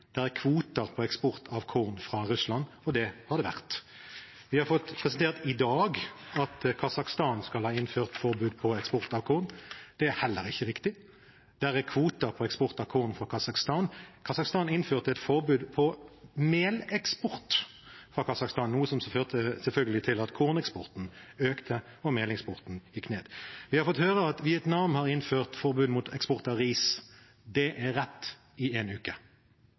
er kvoter på eksport av korn fra Russland, og det har det vært. Vi har i dag fått presentert at Kasakhstan skal ha innført forbud mot eksport av korn. Det er heller ikke riktig. Det er kvoter på eksport av korn fra Kasakhstan. Kasakhstan innførte et forbud mot meleksport fra Kasakhstan, noe som selvfølgelig førte til at korneksporten økte og meleksporten gikk ned. Vi har fått høre at Vietnam har innført forbud mot eksport av ris. Det er rett, i én uke i mars. Etter en uke